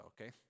okay